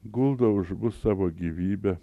guldo už mus savo gyvybę